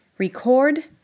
Record